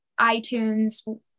iTunes